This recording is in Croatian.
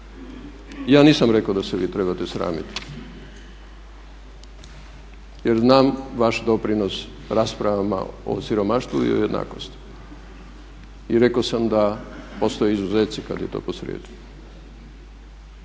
Ja nisam rekao da se vi trebate sramiti, jer znam vaš doprinos raspravama o siromaštvu i o jednakosti. I rekao sam da postoje izuzeci kada je to posrijedi.